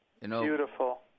Beautiful